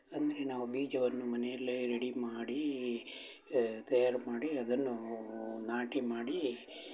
ಅಂದರೆ ನಾವು ಬೀಜವನ್ನು ಮನೆಯಲ್ಲೇ ರೆಡಿ ಮಾಡೀ ತಯಾರು ಮಾಡಿ ಅದನ್ನೂ ನಾಟಿ ಮಾಡೀ